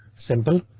simple,